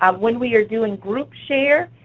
um when we are doing group share,